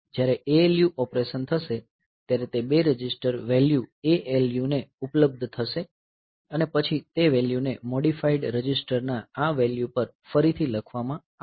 જ્યારે ALU operation થશે ત્યારે તે બે રજિસ્ટર વેલ્યુ ALU ને ઉપલબ્ધ થશે અને પછી તે વેલ્યુને મોડીફાઈડ રજિસ્ટરના આ વેલ્યુ પર ફરીથી લખવામાં આવશે